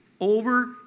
Over